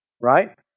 right